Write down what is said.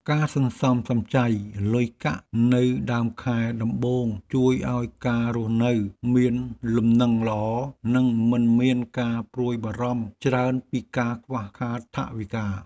ការសន្សំសំចៃលុយកាក់នៅដើមខែដំបូងជួយឱ្យការរស់នៅមានលំនឹងល្អនិងមិនមានការព្រួយបារម្ភច្រើនពីការខ្វះខាតថវិកា។